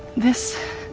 this